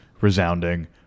resounding